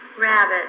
Rabbit